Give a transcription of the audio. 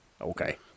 Okay